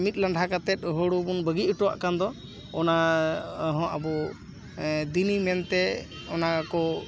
ᱢᱤᱜ ᱞᱟᱸᱰᱷᱟ ᱠᱟᱛᱮ ᱦᱳᱲᱳ ᱵᱚᱱ ᱵᱟᱹᱜᱤᱜ ᱴᱚᱣᱟᱜ ᱠᱟᱱ ᱫᱚ ᱚᱱᱟ ᱦᱚᱸ ᱟᱵᱚ ᱫᱤᱱᱤ ᱢᱮᱱᱛᱮ ᱚᱱᱟ ᱠᱚ